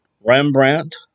Rembrandt